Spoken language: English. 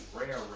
rare